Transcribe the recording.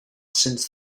since